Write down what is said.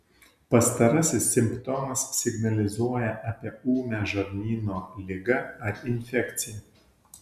pastarasis simptomas signalizuoja apie ūmią žarnyno ligą ar infekciją